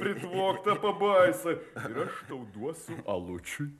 pritvok tą pabaisą ir aš tau duosiu alučiui